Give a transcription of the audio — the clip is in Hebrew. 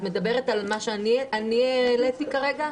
את מדברת על מה שאני העליתי כרגע?